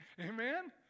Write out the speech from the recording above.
Amen